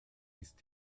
ist